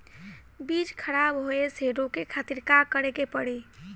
बीज खराब होए से रोके खातिर का करे के पड़ी?